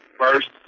first